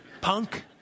punk